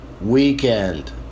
weekend